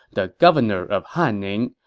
the governor of hanning,